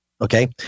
okay